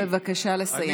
בבקשה לסיים.